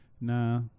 Nah